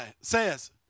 says